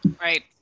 Right